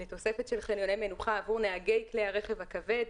לתוספת של חניוני מנוחה עבור נהגי כלי הרכב הכבד,